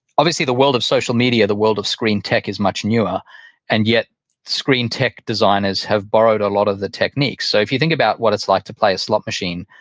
obviously, the world of social media, the world of screen tech, is much newer and yet screen tech designers have borrowed a lot of the techniques. so if you think about what it's like to play a slot machine,